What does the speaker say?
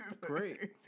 Great